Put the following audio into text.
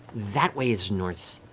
that way is north,